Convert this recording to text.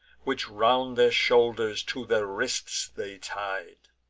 which round their shoulders to their wrists they tied.